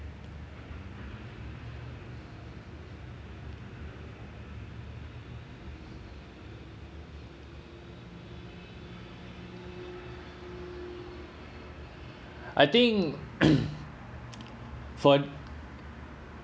I think for